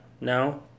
No